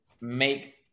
make